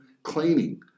Cleaning